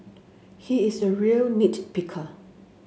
he is a real nit picker